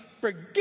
forget